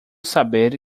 saber